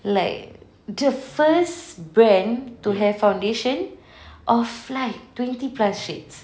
like the first brand to have foundation of like twenty plus shades